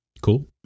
Cool